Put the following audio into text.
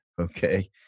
Okay